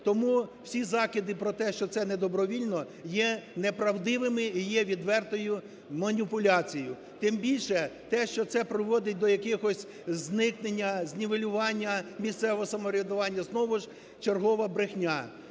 Тому всі закиди про те, що це не добровільно є неправдивими і є відвертою маніпуляцією. Тим більше те, що це приводить до якихось… зникнення, знівелювання місцевого самоврядування знову ж чергова брехня.